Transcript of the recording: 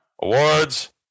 Awards